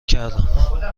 کردم